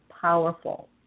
powerful